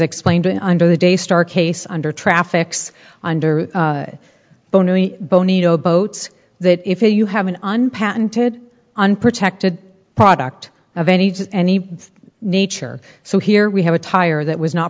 explained in under the daystar case under traffics under bony towboats that if you have an unpatented unprotected product of any any nature so here we have a tire that was not